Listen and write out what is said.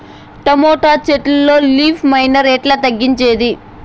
Tomato చెట్లల్లో leaf miner ఎట్లా తగ్గించేది?